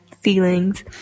feelings